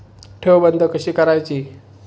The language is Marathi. ठेव बंद कशी करायची?